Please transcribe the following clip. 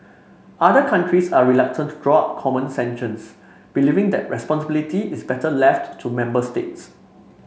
other countries are reluctant to draw up common sanctions believing that responsibility is better left to member states